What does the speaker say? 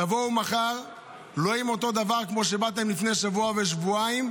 תבואו מחר לא עם אותו הדבר כמו שבאתם לפני שבוע ושבועיים.